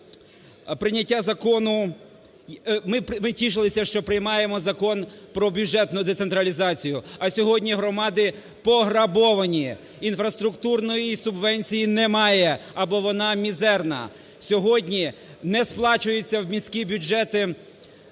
Ми тішилися, що приймаємо Закон про бюджетну децентралізацію, а сьогодні громади пограбовані, інфраструктурної субвенції немає або вона мізерна. Сьогодні не сплачується в міські бюджети акциз